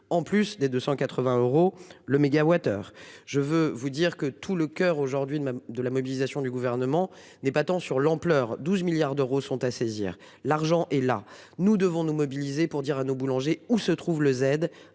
en plus des 280 euros le mégawattheure. Je veux vous dire que tout le coeur aujourd'hui de la mobilisation du gouvernement n'est pas tant sur l'ampleur 12 milliards d'euros sont à saisir l'argent est là, nous devons nous mobiliser pour dire à nos boulangers où se trouve le Z